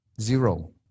Zero